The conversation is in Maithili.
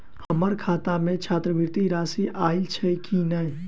हम्मर खाता मे छात्रवृति राशि आइल छैय की नै?